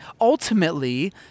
ultimately